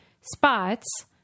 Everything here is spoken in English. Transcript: spots